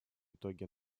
итоги